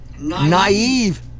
naive